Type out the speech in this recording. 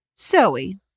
Zoe